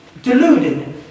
deluded